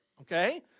okay